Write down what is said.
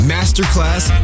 Masterclass